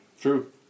True